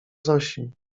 zosi